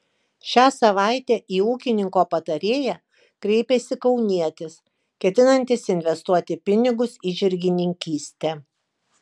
šią savaitę į ūkininko patarėją kreipėsi kaunietis ketinantis investuoti pinigus į žirgininkystę